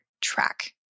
track